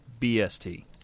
BST